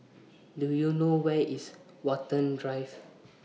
Do YOU know Where IS Watten Drive